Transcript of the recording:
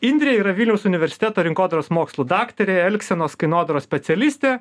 indrė yra vilniaus universiteto rinkodaros mokslų daktarė elgsenos kainodaros specialistė